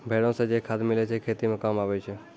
भेड़ो से जे खाद मिलै छै खेती मे काम आबै छै